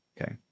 Okay